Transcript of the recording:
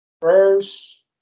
first